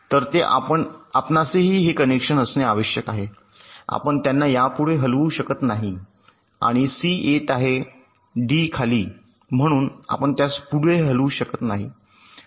तर ते आपणासही हे कनेक्शन असणे आवश्यक आहे आपण त्यांना यापुढे हलवू शकत नाही आणि सी येत आहे डी खाली म्हणून आपण त्यास पुढे हलवू शकत नाही